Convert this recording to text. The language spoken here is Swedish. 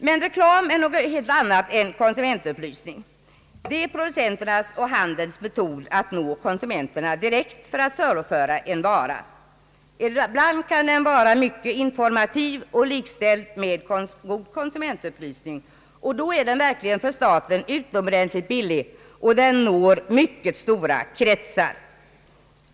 Men reklam är någonting helt annat än konsumentupplysning. Den är producenternas och handelns metod att nå konsumenterna direkt för att saluföra en vara. Ibland kan den vara mycket informativ och likställd med god konsumentupplysning, och då är den verkligen för staten utomordentligt billig och når mycket stora kretsar.